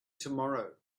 tomorrow